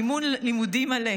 מימון לימודים מלא.